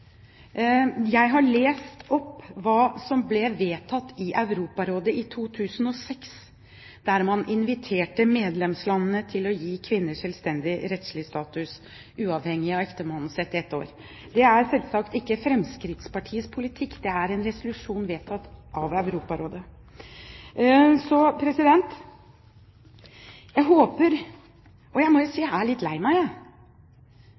Jeg har lest opp hva som ble vedtatt i Europarådet i 2006, der man inviterte medlemslandene til å gi kvinner selvstendig rettslig status uavhengig av ektemannens, etter ett år. Det er selvsagt ikke Fremskrittspartiets politikk. Det er en resolusjon vedtatt av Europarådet. Jeg må si at jeg er litt lei meg, jeg